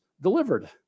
delivered